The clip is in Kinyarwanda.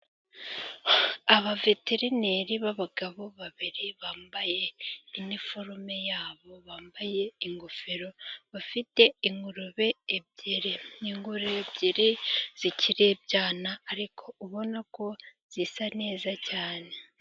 Abaveterineri b'abagabo babiri bambaye iniforume yabo， bambaye ingofero， bafite ingurube ebyiri n'ingore ebyiri zikiri ibyana， ariko ubona ko zisa neza cyane.